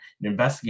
investigate